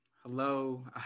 Hello